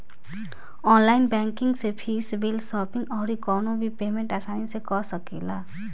online banking से fees, bill, shopping अउरी कवनो भी पेमेंट आसानी से कअ सकेला